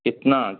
कितना